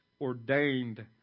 ordained